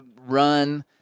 run